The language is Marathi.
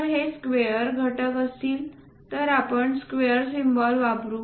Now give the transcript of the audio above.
जर हे स्क्वेअर घटक असतील तर आपण स्क्वेअर सिम्बॉल वापरु